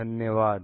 धन्यवाद